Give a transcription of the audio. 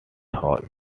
hall